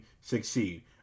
succeed